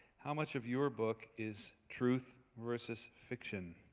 how much of your book is truth versus fiction?